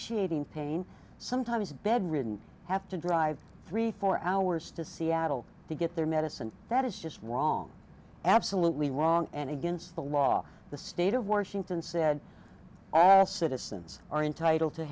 excruciating pain sometimes bedridden have to drive three four hours to seattle to get their medicine that is just wrong absolutely wrong and against the law the state of washington said asked citizens are entitled to